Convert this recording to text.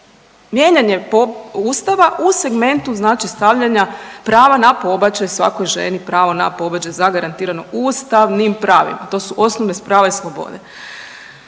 mijenjanje Ustava u segmentu znači stavljanja prava na pobačaj svakoj ženi, pravo na pobačaj zagarantiran ustavnim pravima. To su osnovna prava i slobode.